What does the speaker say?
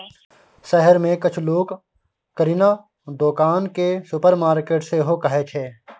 शहर मे किछ लोक किराना दोकान केँ सुपरमार्केट सेहो कहै छै